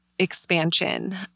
Expansion